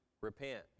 repent